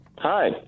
Hi